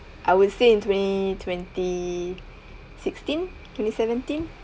I would say in twenty twenty sixteen twenty seventeen